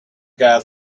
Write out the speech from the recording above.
guy